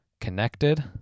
connected